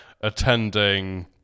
attending